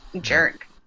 jerk